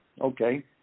okay